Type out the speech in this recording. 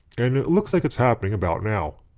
and it looks like it's happening about now.